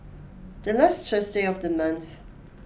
the last Thursday of the month